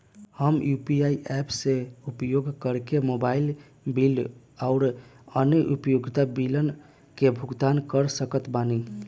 हम UPI apps के उपयोग करके मोबाइल बिल आउर अन्य उपयोगिता बिलन के भुगतान कर सकत बानी